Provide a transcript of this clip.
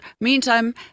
Meantime